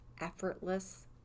effortless